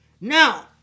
Now